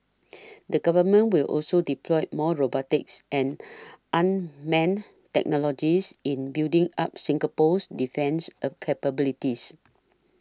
the Government will also deploy more robotics and unmanned technologies in building up Singapore's defence a capabilities